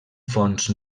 fons